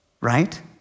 right